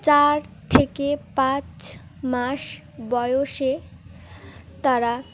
চার থেকে পাঁচ মাস বয়সে তারা